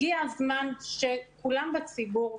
הגיע הזמן שכולם בציבור,